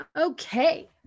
Okay